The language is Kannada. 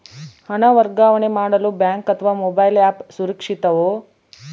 ಹಣ ವರ್ಗಾವಣೆ ಮಾಡಲು ಬ್ಯಾಂಕ್ ಅಥವಾ ಮೋಬೈಲ್ ಆ್ಯಪ್ ಸುರಕ್ಷಿತವೋ?